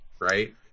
right